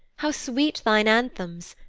how sweet thine anthems,